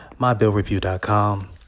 MyBillReview.com